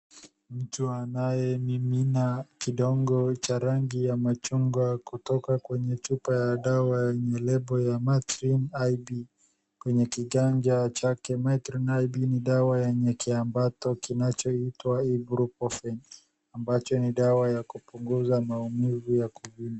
Mtu anayemimina kidongo cha rangi ya machungwa kutoka kwenye chupa ya dawa yenye lebo ya Motrin IB kwenye kiganja chake. Motrin IB ni dawa yenye kiambato kinachoitwa Ibuprofen , ambacho ni dawa ya kupunguza maumivu ya kuvimba.